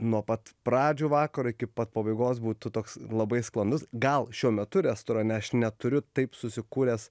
nuo pat pradžių vakaro iki pat pabaigos būtų toks labai sklandus gal šiuo metu restorane aš neturiu taip susikūręs